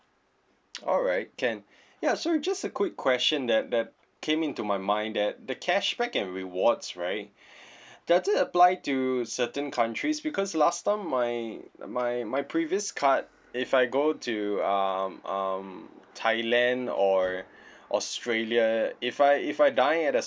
alright can ya so just a quick question that that came into my mind that the cashback and rewards right does it apply to certain countries because last time my my my previous card if I go to um um thailand or australia if I if I dine at a